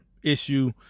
issue